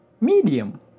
medium